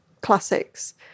classics